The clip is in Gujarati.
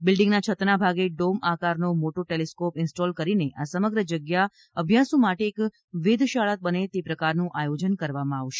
બિલ્ડીંગના છતના ભાગે ડોમ આકારનો મોટો ટેલિસ્કોપ ઈન્સ્ટોલ કરીને આ સમગ્ર જગ્યા અભ્યાસુઓ માટે એક વેધશાળા બને તે પ્રકારનું આયોજન કરવામાં આવશે